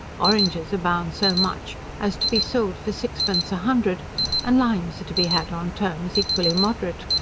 oranges abound so much, as to be sold for sixpence a hundred and limes are to be had on terms equally moderate.